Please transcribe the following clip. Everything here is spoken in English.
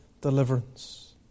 deliverance